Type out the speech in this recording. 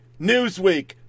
Newsweek